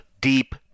deep